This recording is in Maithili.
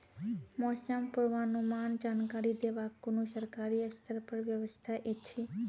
मौसम पूर्वानुमान जानकरी देवाक कुनू सरकारी स्तर पर व्यवस्था ऐछि?